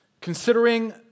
considering